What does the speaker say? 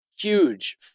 huge